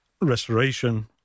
Restoration